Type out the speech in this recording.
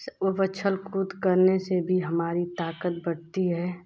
ऊछल कूद करने से भी हमारी ताक़त बढ़ती है